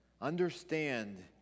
Understand